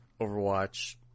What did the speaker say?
Overwatch